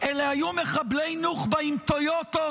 אלה היו מחבלי נוח'בה עם טויוטות,